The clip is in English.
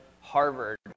Harvard